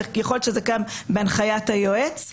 יכול להיות שזה קיים בהנחיית היועץ.